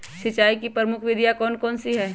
सिंचाई की प्रमुख विधियां कौन कौन सी है?